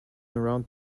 around